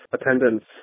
attendance